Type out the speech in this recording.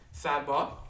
Sidebar